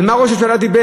על מה ראש הממשלה דיבר?